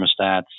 thermostats